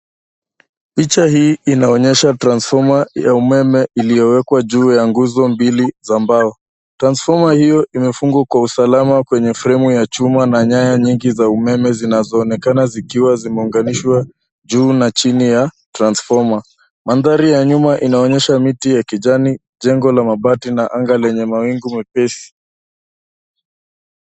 Picha hii inaonyesha transfoma ya umeme iloyowekwa juu ya nguzo mbili za mbao. Transfoma hio imefungwa kwa usalama kwenye fremu ya chuma na nyaya nyingi za umeme zinazoonekana zikiwa zimeunganishwa juu na chini ya transfoma. Maandhari ya nyuma inaonyesha miti ya kijani, jengo la mabati na anga lenye mawingu nyepesi.